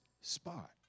spot